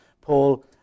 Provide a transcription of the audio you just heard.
Paul